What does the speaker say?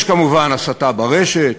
יש כמובן הסתה ברשת,